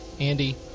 Andy